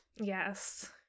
Yes